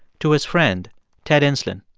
to his friend ted ensslin.